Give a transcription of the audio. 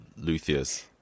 luthiers